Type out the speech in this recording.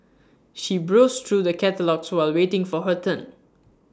she browsed through the catalogues while waiting for her turn